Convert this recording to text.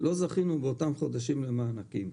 לא זכינו באותם חודשים למענקים.